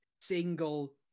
single